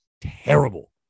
terrible